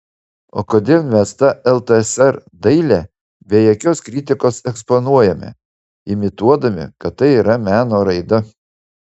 o kodėl mes tą ltsr dailę be jokios kritikos eksponuojame imituodami kad tai yra meno raida